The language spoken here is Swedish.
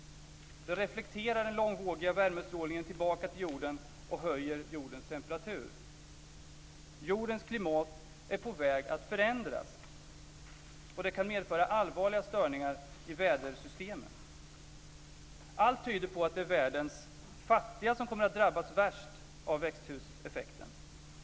Den reflekterar den långvågiga värmestrålningen tillbaka till jorden och höjer jordens temperatur. Jordens klimat är på väg att förändras, och det kan medföra allvarliga störningar i vädersystemet. Allt tyder på att det är världens fattiga som kommer att drabbas värst av växthuseffekten.